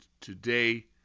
today